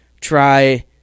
try